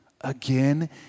again